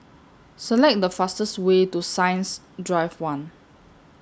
Select The fastest Way to Science Drive one